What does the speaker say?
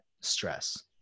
stress